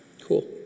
Cool